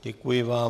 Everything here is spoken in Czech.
Děkuji vám.